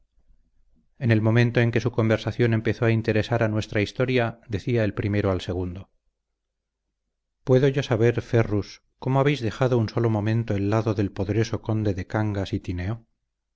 en el momento en que su conversación empezó a interesar a nuestra historia decía el primero al segundo puedo yo saber ferrus cómo habéis dejado un solo momento el lado del poderoso conde de cangas y tineo